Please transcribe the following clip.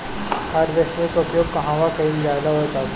Harvester का उपयोग कहवा कइल जाला और कब?